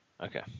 Okay